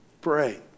pray